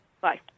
bye